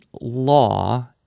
law